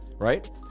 right